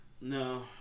No